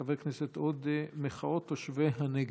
חבר הכנסת עודה: מחאות תושבי הנגב.